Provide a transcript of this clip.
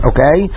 Okay